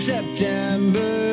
September